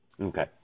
Okay